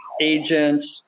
agents